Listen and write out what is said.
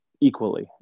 equally